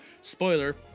Spoiler